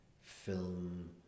film